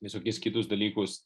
visokius kitus dalykus